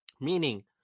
Meaning